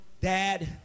Dad